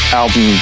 album